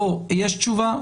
תשובה?